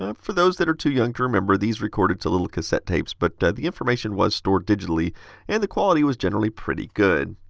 um for those that are too young to remember, these recorded to little cassette tapes, but the information was stored digitally and the quality was generally pretty good.